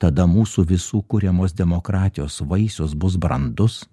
tada mūsų visų kuriamos demokratijos vaisius bus brandus